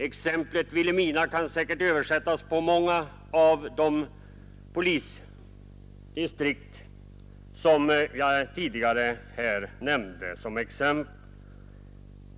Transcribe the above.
Exemplet Vilhelmina kan säkert översättas på många av de polisdistrikt som jag här nämnde som exempel.